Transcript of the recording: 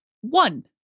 one